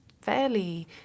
fairly